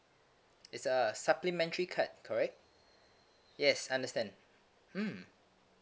it's a supplementary card correct yes understand mm